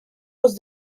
was